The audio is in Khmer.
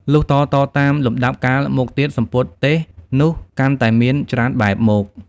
លុះតៗតាមលំដាប់កាលមកទៀត សំពត់ទេសនោះកាន់តែមាន ច្រើនបែបមក។